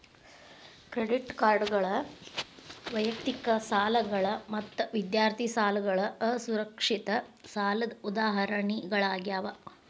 credit ಕಾರ್ಡ್ಗಳ ವೈಯಕ್ತಿಕ ಸಾಲಗಳ ಮತ್ತ ವಿದ್ಯಾರ್ಥಿ ಸಾಲಗಳ ಅಸುರಕ್ಷಿತ ಸಾಲದ್ ಉದಾಹರಣಿಗಳಾಗ್ಯಾವ